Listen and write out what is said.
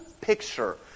picture